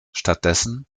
stattdessen